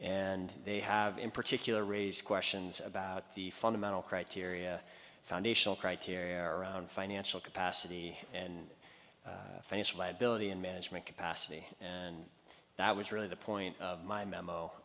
and they have in particular raise questions about the fundamental criteria foundational criteria around financial capacity and financial ability and management capacity and that was really the point of my